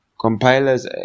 Compilers